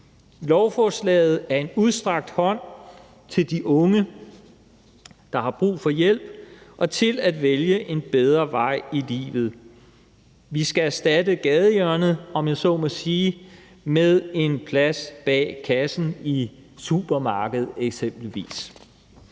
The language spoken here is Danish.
Lovforslaget er en udstrakt hånd til de unge, der har brug for hjælp til at vælge en bedre vej i livet. Vi skal erstatte gadehjørnet, om jeg så må sige, med en plads bag kassen i supermarkedet eksempelvis.